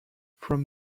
from